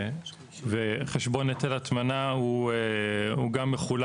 חשבון היטלי הטמנה הוא מחולק,